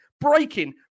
breaking